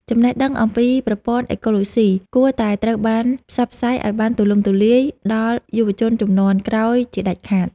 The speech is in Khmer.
ចំណេះដឹងអំពីប្រព័ន្ធអេកូឡូស៊ីគួរតែត្រូវបានផ្សព្វផ្សាយឱ្យបានទូលំទូលាយដល់យុវជនជំនាន់ក្រោយជាដាច់ខាត។